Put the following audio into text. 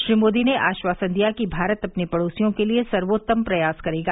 श्री मोदी ने आश्वासन दिया कि भारत अपने पड़ोसियों के लिए सर्वोत्तम प्रयास करेगा